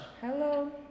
hello